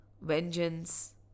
vengeance